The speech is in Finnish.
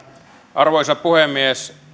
arvoisa puhemies